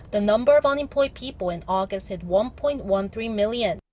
the number of unemployed people in august hit one-point-one-three million.